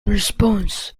response